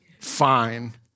fine